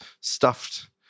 stuffed